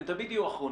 הם תמיד יהיו אחרונים.